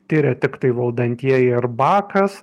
tiria tiktai valdantieji ir bakas